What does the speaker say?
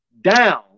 down